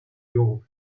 york